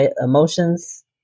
emotions